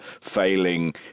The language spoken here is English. failing